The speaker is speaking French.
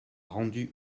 rendu